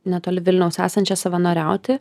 netoli vilniaus esančią savanoriauti